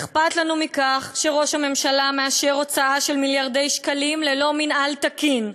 אכפת לנו מכך שראש הממשלה מאשר הוצאה של מיליארדי שקלים ללא מינהל תקין,